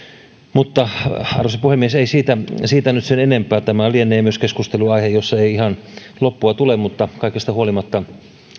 mutta arvoisa puhemies ei siitä siitä nyt sen enempää tämä lienee myös keskustelunaihe jossa ei ihan loppua tule mutta kaikesta huolimatta